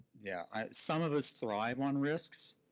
yeah ah some of us thrive on risks.